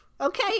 okay